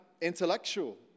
intellectual